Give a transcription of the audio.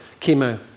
chemo